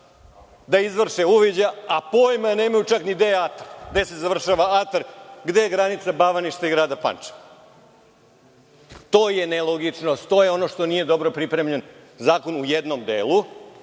da izvrše uviđaj, a pojma nemaju čak ni gde je atar, gde se završava atar, gde je granica Bavaništa i Grada Pančeva. To je nelogičnost. To je ono što nije dobro pripremljen zakon u jednom delu